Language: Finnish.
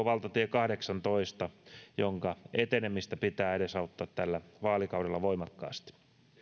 valtatie kahdeksantoista jonka etenemistä pitää edesauttaa tällä vaalikaudella voimakkaasti